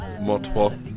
Multiple